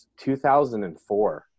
2004